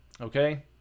okay